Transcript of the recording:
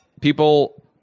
People